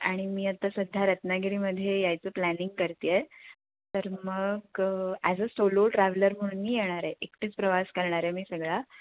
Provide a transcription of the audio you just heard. आणि मी आता सध्या रत्नागिरीमध्ये यायचं प्लॅनिंग करतेय तर मग ॲज अ सोलो ट्रॅव्हलर म्हणून मी येणार आहे एकटीच प्रवास करणार आहे मी सगळा